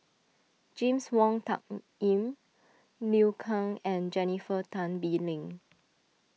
James Wong Tuck Yim Liu Kang and Jennifer Tan Bee Leng